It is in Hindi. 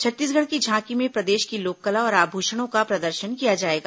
छत्तीसगढ़ की झांकी में प्रदेश की लोककला और आभूषणों का प्रदर्शन किया जाएगा